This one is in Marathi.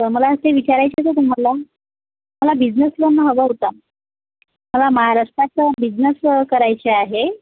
तर मला ते विचारायचं होतं तुम्हाला मला बिजनेस लोन हवा होता मला महाराष्ट्राचं बिझनेस करायचे आहे